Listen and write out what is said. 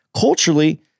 Culturally